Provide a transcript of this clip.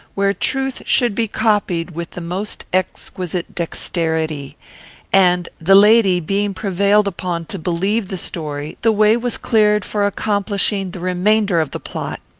where truth should be copied with the most exquisite dexterity and, the lady being prevailed upon to believe the story, the way was cleared for accomplishing the remainder of the plot.